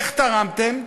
איך תרמתם?